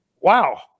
wow